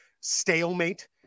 stalemate